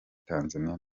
tanzania